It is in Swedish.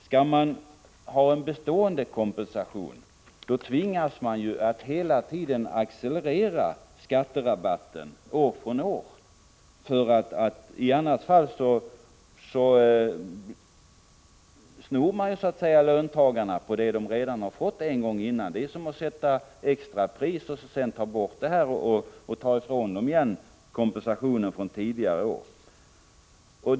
Skall man ha en bestående kompensation, tvingas man hela tiden att accelerera skatterabatten år från år. I annat fall tar man från löntagarna det som de redan har fått en gång. Det är som att sätta extrapris och sedan ta ifrån dem kompensationen från tidigare år.